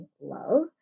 love